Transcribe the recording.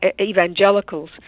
Evangelicals